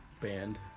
band